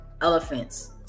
elephants